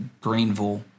greenville